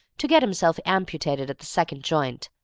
to get himself amputated at the second joint.